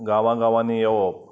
गांवा गांवांनी येवप